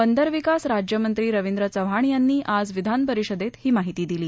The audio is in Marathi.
बंदर विकास राज्यमंत्री रवींद्र चव्हाण यांनी आज विधान परिषदेत ही माहिती दिली